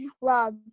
love